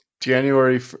January –